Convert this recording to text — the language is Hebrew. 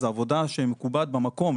זו עבודה שמקובעת במקום,